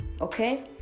okay